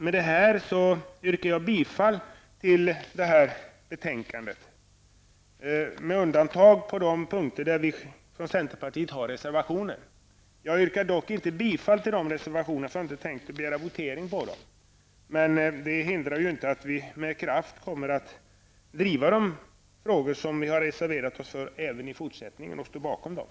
Med detta yrkar jag bifall till utskottets hemställan med undantag för de punkter där vi från centerpartiet har reservationer. Jag yrkar dock inte bifall till dessa reservationer, eftersom jag inte tänker begära votering. Men det hindrar inte att vi även i fortsättningen med kraft kommer att driva de frågor som vi reserverat oss för, och vi står bakom dessa reservationer.